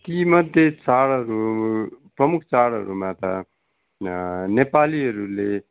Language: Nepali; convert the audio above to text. तीमध्ये चाडहरू प्रमुख चाडहरूमा त नेपालीहरूले